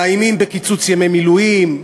מאיימים בקיצוץ ימי מילואים.